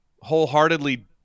wholeheartedly